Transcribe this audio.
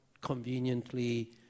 conveniently